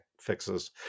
fixes